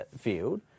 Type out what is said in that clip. field